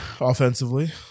offensively